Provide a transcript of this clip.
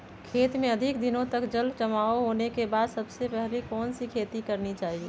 खेत में अधिक दिनों तक जल जमाओ होने के बाद सबसे पहली कौन सी खेती करनी चाहिए?